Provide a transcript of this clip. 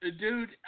Dude